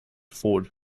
forward